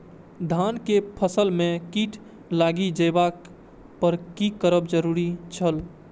धान के फसल में कीट लागि जेबाक पर की करब जरुरी छल?